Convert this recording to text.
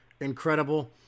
incredible